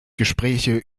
gespräche